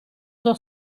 suo